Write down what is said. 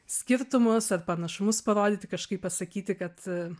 skirtumus ar panašumus parodyti kažkaip pasakyti kad